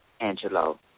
Angelo